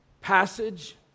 passage